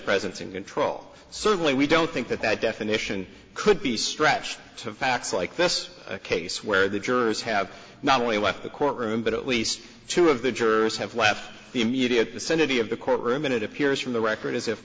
presence and control certainly we don't think that that definition could be stretched to facts like this case where the jurors have not only with the courtroom but at least two of the jurors have left the immediate vicinity of the courtroom and it appears from the record as if